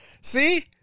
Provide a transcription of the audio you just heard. See